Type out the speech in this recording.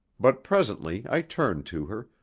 but presently i turned to her,